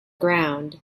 ground